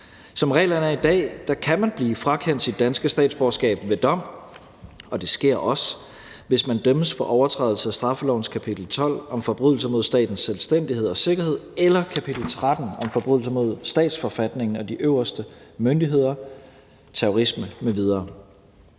Som reglerne er i dag, kan man blive frakendt sit danske statsborgerskab ved dom, og det sker også, hvis man dømmes for overtrædelse af straffelovens kapitel 12 om forbrydelser mod statens selvstændighed og sikkerhed eller kapitel 13 om forbrydelser mod statsforfatningen og de øverste myndigheder, terrorisme m.v.,